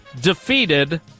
defeated